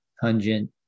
pungent